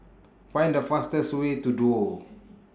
Find The fastest Way to Duo